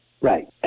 Right